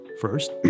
first